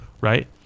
Right